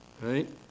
Right